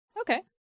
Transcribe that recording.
Okay